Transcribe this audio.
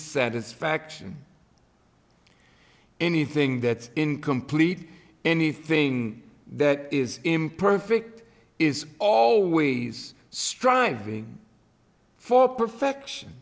satisfaction anything that incomplete anything that is imperfect is always striving for perfection